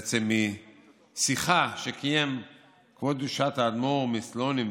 בעצם משיחה שקיים הוד קדושת האדמו"ר מסלונים,